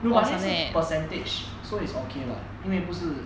no but then 是 percentage so it's okay lah 因为不是